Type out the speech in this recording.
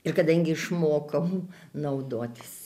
ir kadangi išmokau naudotis